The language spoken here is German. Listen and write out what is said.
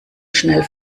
schnell